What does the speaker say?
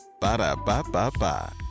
Ba-da-ba-ba-ba